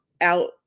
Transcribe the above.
out